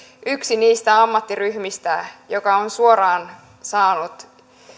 yksi niistä ammattiryhmistä joka on suoraan saanut